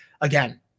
again